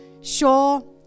Sure